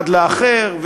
אחד לאחר,